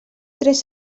tres